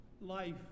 Life